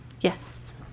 yes